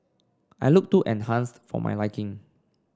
I looked too enhanced for my liking